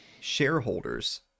shareholders